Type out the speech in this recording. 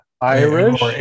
irish